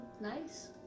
nice